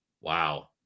Wow